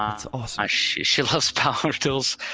ah it's awesome. she she loves pastels.